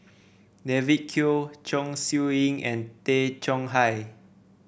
David Kwo Chong Siew Ying and Tay Chong Hai